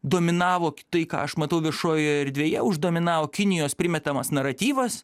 dominavo tai ką aš matau viešojoje erdvėje uždominavo kinijos primetamas naratyvas